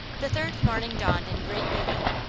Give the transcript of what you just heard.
the third morning dawned in great beauty,